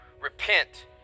repent